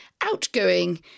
outgoing